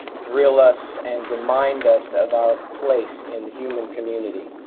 thrill us, and remind us of our place in the human community.